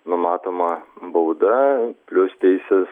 numatoma bauda plius teisės